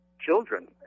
children